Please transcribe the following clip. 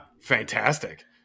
fantastic